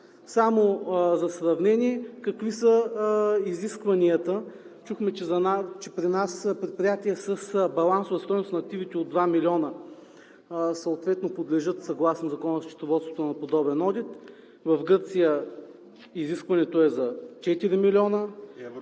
Само за сравнение какви са изискванията? Чухме, че при нас предприятия с балансова стойност на активите от 2 милиона съответно подлежат съгласно Закона за счетоводството на подобен одит. В Гърция изискването е за 4 млн.